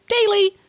Daily